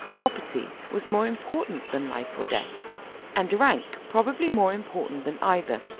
property was more important than life or death and rank probably more important than either.